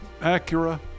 Acura